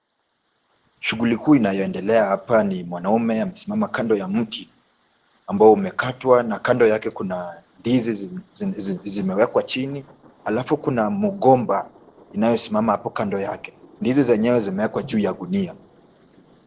Shughuli huu inayoendelea hapa ni mwanamume amesimama kando ya mti ambao umekatwa na kando yake kuna ndizi zimewekwa chini alafu kuna mgomba inayosimama hapo kando yake. Ndizi zenyewe zimewekwa juu ya gunia.